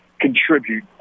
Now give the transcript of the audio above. contribute